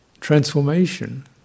transformation